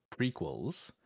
prequels